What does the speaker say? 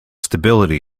stability